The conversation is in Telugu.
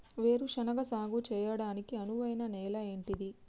వేరు శనగ సాగు చేయడానికి అనువైన నేల ఏంటిది?